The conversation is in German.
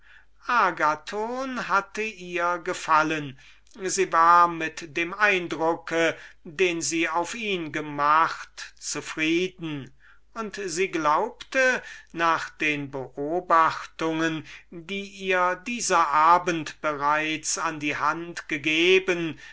agathon hatte ihr gefallen sie war mit dem eindruck den sie auf ihn gemacht zufrieden und sie glaubte nach den beobachtungen die ihr dieser abend bereits an die hand gegeben